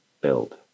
build